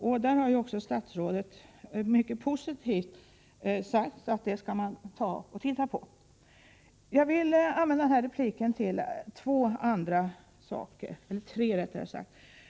Statsrådet har också mycket positivt sagt att man skall titta på det. Jag vill använda denna replik till tre andra saker.